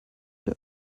der